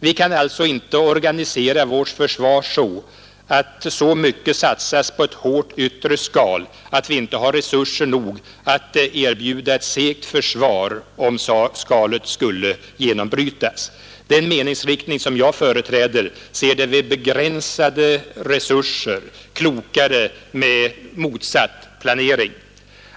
Vi kan alltså inte organisera vårt försvar så att så mycket satsas på ett hårt yttre skal att vi inte har resurser nog att erbjuda ett segt försvar om skalet skulle genombrytas. Den meningsriktning som jag företräder ser det med begränsade resurser klokare med en motsatt planering.